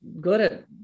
good